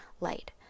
light